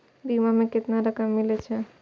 बीमा में केतना रकम मिले छै?